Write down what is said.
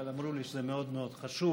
אבל אמרו לי שזה מאוד מאוד חשוב